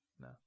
No